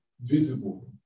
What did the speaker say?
visible